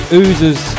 oozes